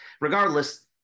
regardless